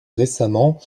récemment